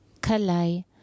Kalai